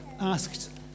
asked